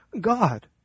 God